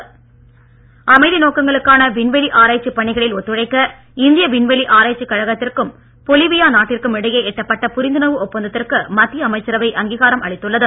அமைச்சரவை சேர்க்கை அமைதி நோக்கங்களுக்கான விண்வெளி ஆராய்ச்சி பணிகளில் ஒத்துழைக்க இந்திய விண்வெளி ஆராய்ச்சி கழகத்திற்கும் பொலிவியா நாட்டிற்கும் இடையே எட்டப்பட்ட புரிந்துணர்வு ஒப்பந்தத்திற்கு மத்திய அமைச்சரவை அங்கீகாரம் அளித்துள்ளது